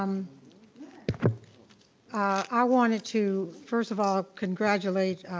um i wanted to first of all congratulate